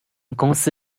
公司